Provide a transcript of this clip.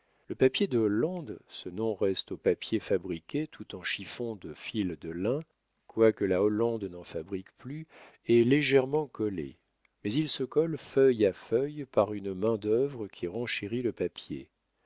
le papier de hollande ce nom reste au papier fabriqué tout en chiffon de fil de lin quoique la hollande n'en fabrique plus est légèrement collé mais il se colle feuille à feuille par une main-d'œuvre qui renchérit le papier